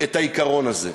את העיקרון הזה.